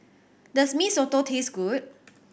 does Mee Soto taste good